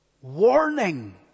warning